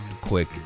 quick